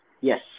Yes